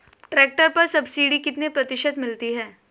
Tractor पर subsidy कितने प्रतिशत मिलती है?